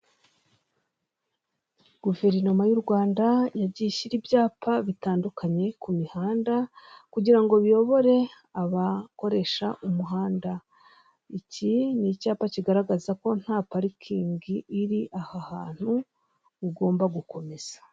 Guverinoma y'u Rwanda yagiye ishyira ibyapa bitandukanye ku mihanda, kugira ngo biyobore abakoresha umuhanda. Iki ni icyapa kigaragaza ko nta parikingi iri aha hantu, ugomba gukomeza.